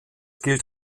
gilt